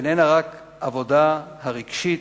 איננה רק העבודה הרגשית,